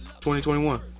2021